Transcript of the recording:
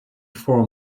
four